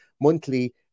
monthly